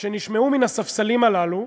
שנשמעו מן הספסלים הללו,